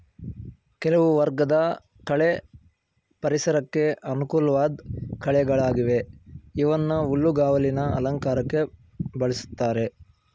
ಕೆಲವು ವರ್ಗದ ಕಳೆ ಪರಿಸರಕ್ಕೆ ಅನುಕೂಲ್ವಾಧ್ ಕಳೆಗಳಾಗಿವೆ ಇವನ್ನ ಹುಲ್ಲುಗಾವಲಿನ ಅಲಂಕಾರಕ್ಕೆ ಬಳುಸ್ತಾರೆ